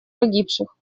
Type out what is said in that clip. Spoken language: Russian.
погибших